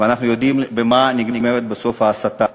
ואנחנו יודעים במה נגמרים בסוף ההסתה